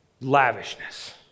Lavishness